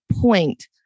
point